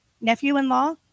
nephew-in-law